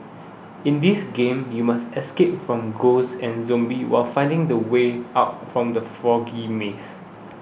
in this game you must escape from ghosts and zombies while finding the way out from the foggy maze